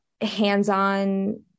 hands-on